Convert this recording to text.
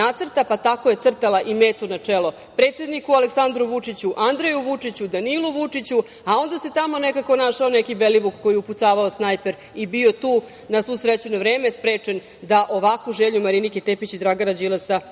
pa tako je crtala i metu na čelo predsedniku Aleksandru Vučiću, Andreju Vučiću, Danilu Vučiću, a onda se tamo nekako našao neki Belivuk koji je upucavao snajper i bio tu, na svu sreću na vreme sprečen da ovakvu želju Marinike Tepić i Dragana Đilasa